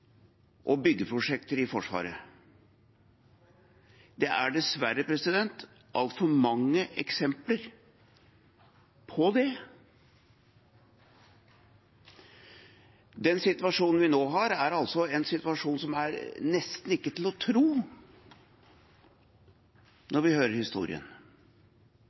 byggeprosjekter, i Forsvaret. Det er dessverre altfor mange eksempler på det. Den situasjonen vi nå har, er en situasjon som nesten ikke er til å tro, når vi hører historien.